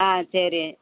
ஆ சரி